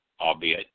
albeit